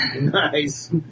Nice